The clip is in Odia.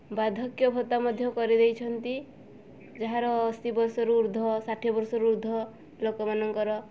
ବାର୍ଦ୍ଧକ୍ୟ ଭତ୍ତା ମଧ୍ୟ କରିଦେଇଛନ୍ତି ଯାହାର ଅଶୀ ବର୍ଷରୁ ଉର୍ଦ୍ଧ୍ୱ ଷାଠିଏ ବର୍ଷରୁ ଉର୍ଦ୍ଧ୍ୱ ଲୋକମାନଙ୍କର